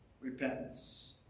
repentance